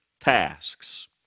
tasks